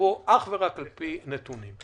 אלא אך ורק על פי נתונים.